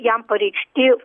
jam pareikšti